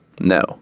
No